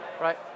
right